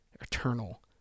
eternal